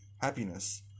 happiness